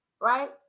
Right